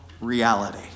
reality